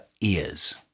ears